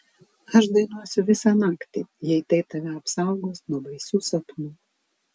aš dainuosiu visą naktį jei tai tave apsaugos nuo baisių sapnų